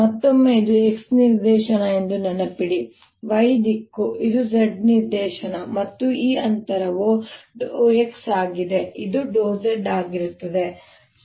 ಮತ್ತೊಮ್ಮೆ ಇದು x ನಿರ್ದೇಶನ ಎಂದು ನೆನಪಿಡಿ ಇದು y ದಿಕ್ಕು ಇದು z ನಿರ್ದೇಶನ ಮತ್ತು ಈ ಅಂತರವು ∂x ಆಗಿದೆ ಇದು ∂z ಆಗಿರುತ್ತದೆ